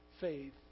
faith